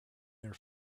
their